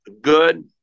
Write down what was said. good